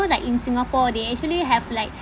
like in singapore they actually have like